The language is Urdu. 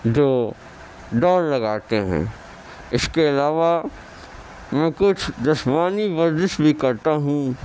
جو دوڑ لگاتے ہیں اس کے علاوہ میں کچھ جسمانی ورزش بھی کرتا ہوں